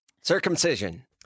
Circumcision